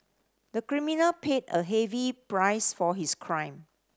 the criminal paid a heavy price for his crime